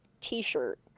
t-shirt